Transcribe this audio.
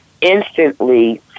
instantly